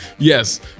Yes